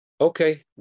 Okay